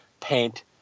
paint